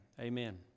amen